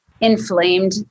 inflamed